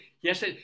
Yes